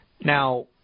Now